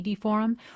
Forum